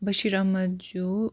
Bashir Ahmad جوٗ